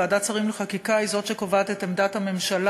ועדת השרים לחקיקה היא שקובעת את עמדת הממשלה